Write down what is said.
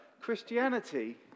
Christianity